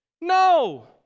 No